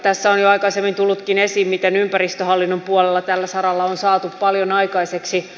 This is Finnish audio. tässä on jo aikaisemmin tullutkin esiin miten ympäristöhallinnon puolella tällä saralla on saatu paljon aikaiseksi